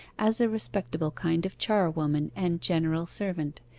as a respectable kind of charwoman and general servant,